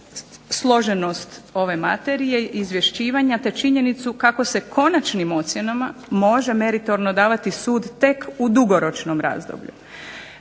složenost ove materije izvješćivanja te činjenicu kako se konačnim ocjenama može meritorno davati sud tek u dugoročnom razdoblju.